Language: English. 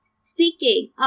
Speaking